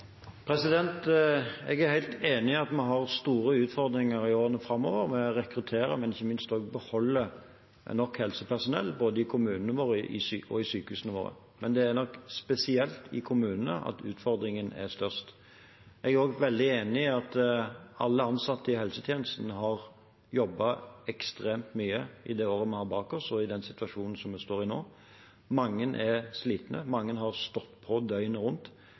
Jeg er helt enig i at vi har store utfordringer i årene framover med å rekruttere og ikke minst også beholde nok helsepersonell både i kommunene våre og i sykehusene våre. Det er nok spesielt i kommunene at utfordringen er størst. Jeg er også veldig enig i at alle ansatte i helsetjenesten har jobbet ekstremt mye i det året vi har bak oss, og i den situasjonen vi står i nå. Mange er slitne, mange har stått på døgnet rundt,